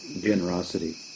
generosity